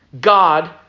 God